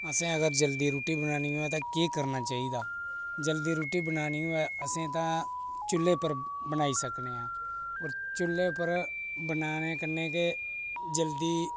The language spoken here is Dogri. असें अगर जल्दी रूट्टी बनानी होऐ ते केह् करना चाहिदा जल्दी रूट्टी बनानी होऐ असें तां चु'ल्ले उप्पर बनाई सकने आं और चु'ल्ले उप्पर बनाने कन्नै के जल्दी